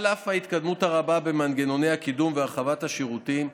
על אף ההתקדמות הרבה במנגנוני הקידום ובהרחבת השירותים,